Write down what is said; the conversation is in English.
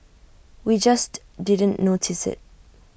we just didn't notice IT